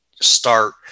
start